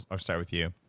i'll start with you.